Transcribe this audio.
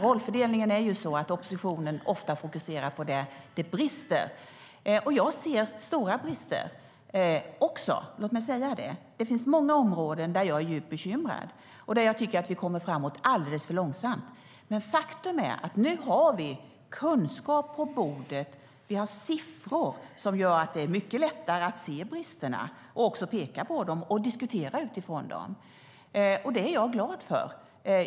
Rollfördelningen är sådan att oppositionen ofta fokuserar på det som brister. Jag ser också stora brister; låt mig säga det. Det finns många områden där jag är djupt bekymrad och tycker att vi kommer framåt alldeles för långsamt. Men faktum är att vi nu har kunskap på bordet. Vi har siffror som gör att det är mycket lättare att se bristerna, peka på dem och diskutera utifrån dem. Det är jag glad för.